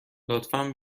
لطفا